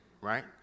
Right